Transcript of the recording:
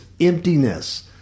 emptiness